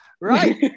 Right